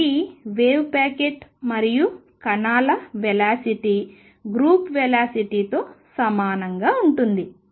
ఇది wave packet మరియు కణాల వెలాసిటీ గ్రూప్ వెలాసిటీతో సమానంగా ఉంటుంది